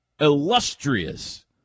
illustrious